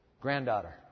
granddaughter